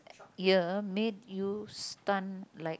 year made you stun like